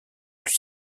plus